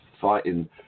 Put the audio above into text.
fighting